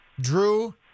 Drew